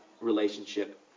relationship